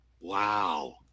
wow